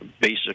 basic